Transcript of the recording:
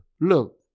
Look